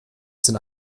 sind